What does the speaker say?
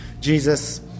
Jesus